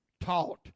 taught